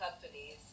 companies